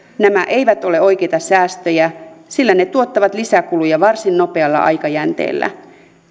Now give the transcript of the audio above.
nämä eivät ole oikeita säästöjä sillä ne tuottavat lisäkuluja varsin nopealla aikajänteellä